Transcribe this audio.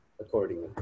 Accordingly